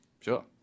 Sure